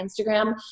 Instagram